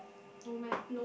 no meh